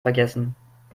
vergessen